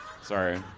Sorry